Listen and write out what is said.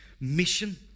mission